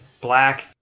black